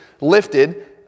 lifted